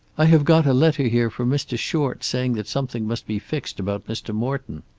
i have got a letter here from mr. short saying that something must be fixed about mr. morton.